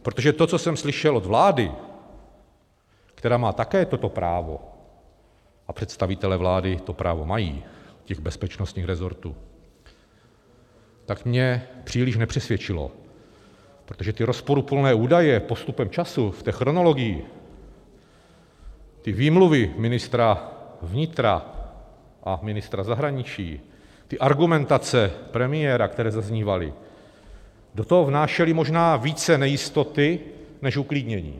Protože to, co jsem slyšel od vlády, která má také toto právo, a představitelé vlády těch bezpečnostních resortů to právo mají, tak mě příliš nepřesvědčilo, protože rozporuplné údaje postupem času v té chronologii, ty výmluvy ministra vnitra a ministra zahraničí, argumentace premiéra, které zaznívaly, do toho vnášely možná více nejistoty než uklidnění.